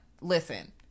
listen